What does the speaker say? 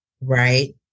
right